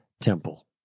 temple